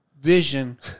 vision